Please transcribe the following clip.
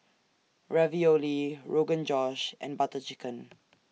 Ravioli Rogan Josh and Butter Chicken